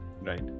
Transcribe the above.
Right